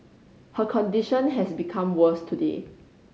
her condition has become worse today